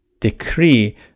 decree